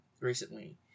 recently